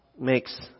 makes